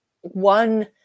one